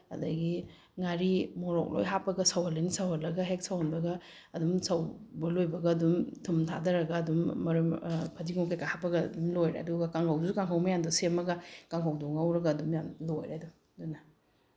ꯑꯗꯨꯗꯒꯤ ꯉꯥꯔꯤ ꯃꯣꯔꯣꯛ ꯂꯣꯏ ꯍꯥꯞꯄꯒ ꯁꯧꯍꯜꯂꯅꯤ ꯁꯧꯍꯜꯂꯒ ꯍꯦꯛ ꯁꯧꯍꯟꯕꯒ ꯑꯗꯨꯝ ꯁꯧꯕ ꯂꯣꯏꯕꯒ ꯑꯗꯨꯝ ꯊꯨꯝ ꯊꯥꯗꯔꯒ ꯑꯗꯨꯝ ꯐꯗꯤꯒꯣꯝ ꯀꯩꯀꯥ ꯍꯥꯞꯄꯒ ꯑꯗꯨꯝ ꯂꯣꯏꯔꯦ ꯑꯗꯨꯒ ꯀꯥꯡꯉꯧꯁꯨ ꯀꯥꯡꯉꯧ ꯃꯌꯥꯟꯗꯣ ꯁꯦꯝꯃꯒ ꯀꯥꯡꯉꯧꯗꯣ ꯉꯧꯔꯒ ꯑꯗꯨꯝ ꯂꯣꯏꯔꯦ ꯑꯗꯨꯝ ꯑꯗꯨꯅ